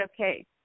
okay